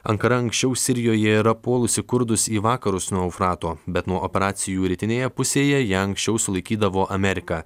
ankara anksčiau sirijoje yra puolusi kurdus į vakarus nuo eufrato bet nuo operacijų rytinėje pusėje ją anksčiau sulaikydavo amerika